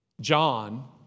John